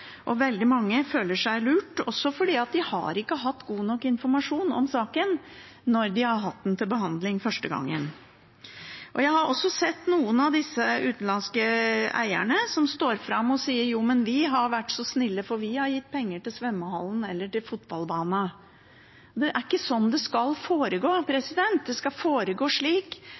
og veldig mange føler seg lurt fordi de ikke har hatt god nok informasjon om saken når de har hatt den til behandling første gang. Jeg har også sett noen av disse utenlandske eierne som står fram og sier at de har vært snille, for de har gitt penger til svømmehallen eller til fotballbanen. Det er ikke slik det skal foregå. Det skal foregå slik